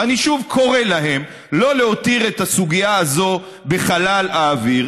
ואני שוב קורא להם שלא להותיר את הסוגיה הזאת בחלל האוויר.